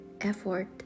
effort